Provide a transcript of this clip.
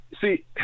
see